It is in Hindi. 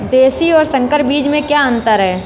देशी और संकर बीज में क्या अंतर है?